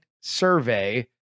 survey